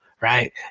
Right